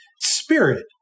spirit